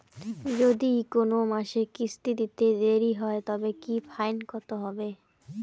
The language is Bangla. যদি কোন মাসে কিস্তি দিতে দেরি হয় তবে কি ফাইন কতহবে?